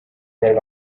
there